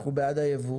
אנחנו בעד היבוא